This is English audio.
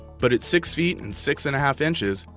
but at six feet and six and a half inches,